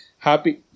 Happy